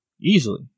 easily